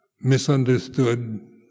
misunderstood